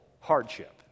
hardship